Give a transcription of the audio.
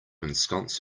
ensconce